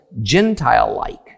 Gentile-like